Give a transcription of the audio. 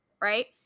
right